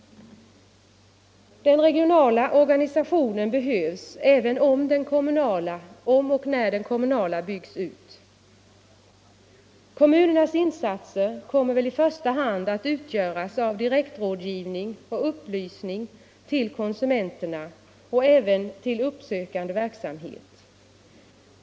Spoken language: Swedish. Den regionala organisationen behövs även om och när den kommunala byggs ut. Kommunernas insatser kommer väl i första hand att utgöras av direkt rådgivning och upplysning till konsumenterna och även av uppsökande verksamhet.